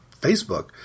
facebook